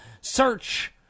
Search